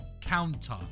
Counter